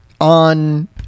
on